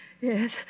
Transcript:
Yes